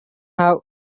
have